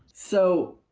so,